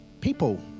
people